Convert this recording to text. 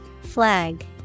Flag